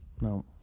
No